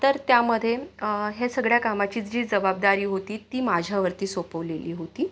तर त्यामध्ये हे सगळ्या कामाची जी जबाबदारी होती ती माझ्यावरती सोपवलेली होती